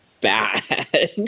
bad